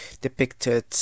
depicted